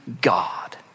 God